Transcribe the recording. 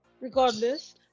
regardless